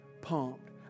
pumped